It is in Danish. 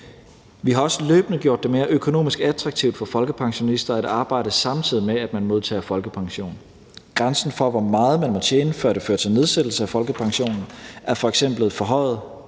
Vi har også løbende gjort det mere økonomisk attraktivt for folkepensionister at arbejde, samtidig med at man modtager folkepension. Grænsen for, hvor meget man må tjene, før det fører til nedsættelse af folkepensionen, er f.eks.